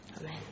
Amen